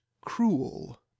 cruel